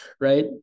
right